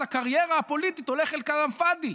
אז הקריירה הפוליטית הולכת כלאם פאדי.